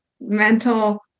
mental